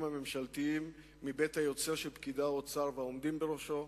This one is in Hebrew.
הממשלתיים מבית היוצר של פקידי האוצר והעומדים בראשו.